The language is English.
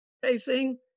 facing